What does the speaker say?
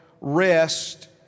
rest